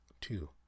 Two